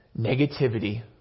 negativity